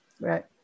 right